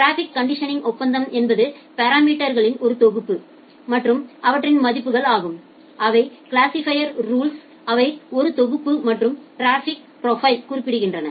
traffic conditioning ஒப்பந்தம் என்பது பாராமீட்டர்களின் ஒரு தொகுப்பு மற்றும் அவற்றின் மதிப்புகள் ஆகும் அவை கிளாசிபைர் ரூல்ஸ் களின் ஒரு தொகுப்பு மற்றும் டிராபிக் ப்ரொபைலை குறிப்பிடுகின்றன